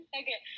okay